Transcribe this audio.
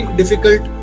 difficult